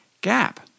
gap